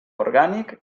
orgànic